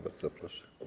Bardzo proszę.